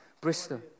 Bristol